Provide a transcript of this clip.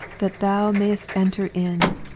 that thou mayest enter in.